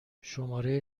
شماره